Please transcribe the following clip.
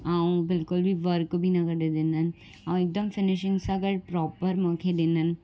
ऐं बिल्कुल बि वर्क बि न कढी ॾिननि ऐं हिकदमु फिनिशिंग सां गॾु प्रोपर मूंखे ॾिननि